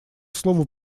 слово